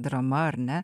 drama ar ne